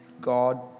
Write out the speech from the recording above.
God